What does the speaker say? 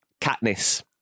Katniss